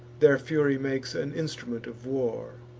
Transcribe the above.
their fury makes an instrument of war.